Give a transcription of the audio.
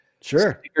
sure